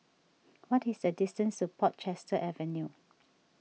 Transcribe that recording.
what is the distance to Portchester Avenue